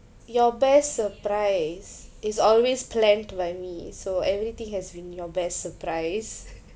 your best surprise is always planned by me so everything has been your best surprise